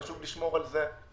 חשוב לשמור על זה.